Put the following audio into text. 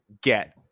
get